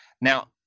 now